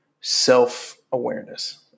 self-awareness